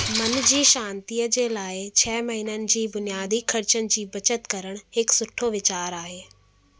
मन जी शांतीअ जे लाइ छह महीननि जे बुनियादी ख़र्चनि जी बचति करणु हिकु सुठो वीचारु आहे